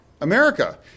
America